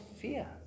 fear